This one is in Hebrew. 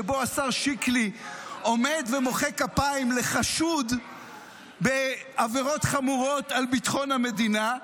שבו השר שיקלי עומד ומוחא כפיים לחשוד בעבירות חמורות על ביטחון המדינה.